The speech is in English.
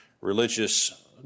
religious